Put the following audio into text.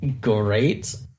great